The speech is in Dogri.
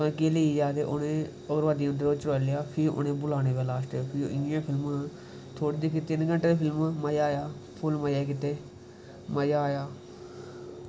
केह् लेइयै आए दे ते उ'नें उगरबादी उं'दे च चोआई लेआ फ्ही उ'नें बुलाने पेआ लास्ट च इ'यां फिल्म थोह्ड़ी दिक्खी तिन्न घैंटे दी फिल्म मज़ा आया फुल्ल मज़े कीते मज़ा आया